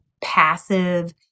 passive